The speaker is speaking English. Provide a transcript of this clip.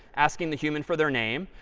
asking the human for their name.